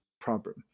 problem